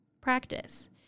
practice